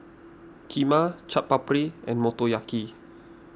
Kheema Chaat Papri and Motoyaki